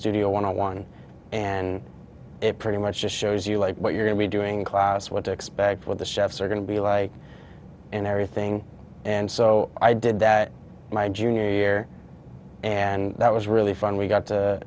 studio one on one and it pretty much just shows you like what you're going to be doing class what to expect what the chefs are going to be like and everything and so i did that my junior year and that was really fun we got to